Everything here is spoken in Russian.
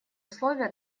условие